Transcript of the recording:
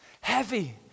heavy